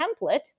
template